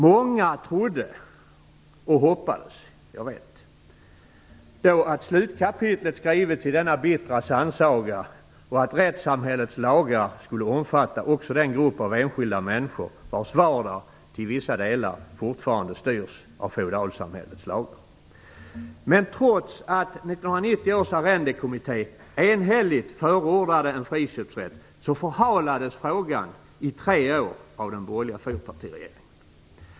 Många trodde och hoppades då - jag vet - att slutkapitlet skrivits i denna bittra sannsaga, och att rättssamhällets lagar skulle omfatta också den grupp av enskilda människor vars vardag till vissa delar fortfarande styrs av feodalsamhällets lagar. Men trots att 1990 års arrendekommitté enhälligt förordade en friköpsrätt så förhalades frågan i tre år av den borgerliga fyrpartiregeringen.